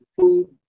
food